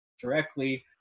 directly